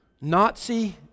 Nazi